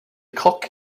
cock